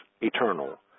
eternal